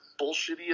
bullshitty